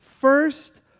first